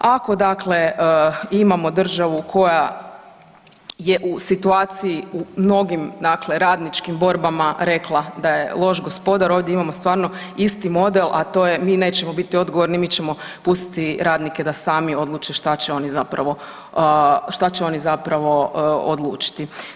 Ako dakle imamo državu koja je u situaciji mnogim dakle radničkim borbama rekla da je loš gospodar jer ovdje imamo stvarno isti model a to je mi nećemo biti odgovorni, mi ćemo pustiti radnike da sami odluče šta će oni zapravo odlučiti.